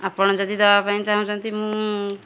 ଆପଣ ଯଦି ଦେବା ପାଇଁ ଚାହୁଁଛନ୍ତି ମୁଁ